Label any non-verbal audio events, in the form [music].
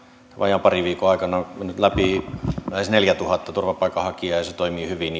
vajaan parin viikon aikana mennyt läpi lähes neljätuhatta turvapaikanhakijaa ja se toimii hyvin [unintelligible]